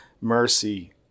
mercy